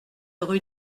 rue